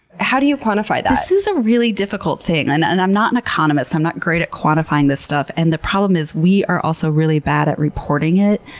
how do you quantify that? this is a really difficult thing and and i'm not an economist. i'm not great at quantifying this stuff, and the problem is we are also really bad at reporting it.